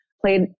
played